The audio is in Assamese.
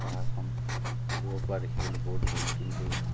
পাহাৰখন দূৰৰ পৰা দেখিবলৈ বৰ ধুনীয়া কিন্তু